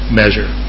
measure